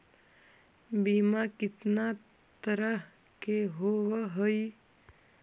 बीमा कितना तरह के होव हइ?